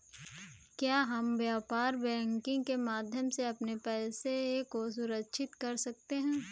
क्या हम व्यापार बैंकिंग के माध्यम से अपने पैसे को सुरक्षित कर सकते हैं?